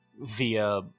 via